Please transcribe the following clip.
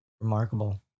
remarkable